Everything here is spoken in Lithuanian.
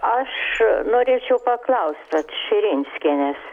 aš norėčiau paklaust vat širinskienės